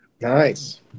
Nice